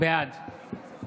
בעד